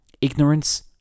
ignorance